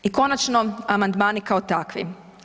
I konačno amandmani kao takvi.